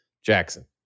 Jackson